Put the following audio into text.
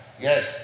Yes